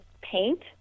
paint